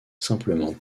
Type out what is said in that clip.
simplement